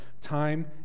time